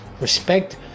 respect